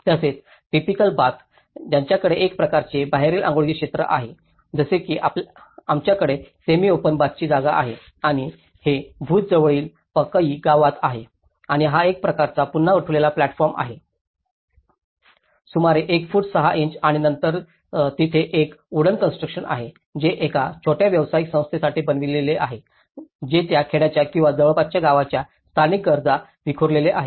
तसेच typical bath त्यांच्याकडे एक प्रकारचे बाहेरचे आंघोळीचे क्षेत्र आहे जसे की आमच्याकडे सेमी ओपन बाथची जागा आहे आणि हे भुज जवळील पाकई गावात आहे आणि हा एक प्रकारचा पुन्हा उठलेला प्लॅटफॉर्म आहे सुमारे एक फूट सहा इंच आणि नंतर तिथे हे एक वूडन कॉन्स्ट्रुकशन आहे जे एका छोट्या व्यावसायिक संस्थेसाठी बनविलेले आहे जे त्या खेड्याच्या किंवा जवळपासच्या गावांच्या स्थानिक गरजा विखुरलेले आहे